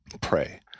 pray